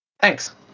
Thanks